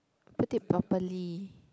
put it properly